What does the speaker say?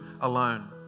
alone